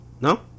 no